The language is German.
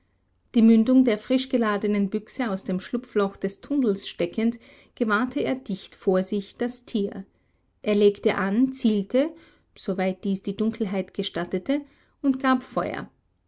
die mündung der frisch geladenen büchse aus dem schlupfloch des tunnels steckend gewahrte er dicht vor sich das tier er legte an zielte soweit dies die dunkelheit gestattete und gab feuer